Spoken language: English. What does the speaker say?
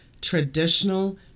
traditional